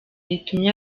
ritumye